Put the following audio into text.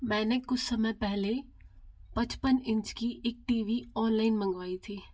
मैंने कुछ समय पहले पचपन इंच की एक टी वी ऑनलाइन मंगवाई थी